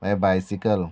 मागीर बायसिकल